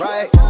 Right